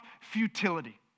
futility